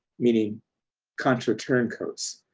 meaning contra turncoats,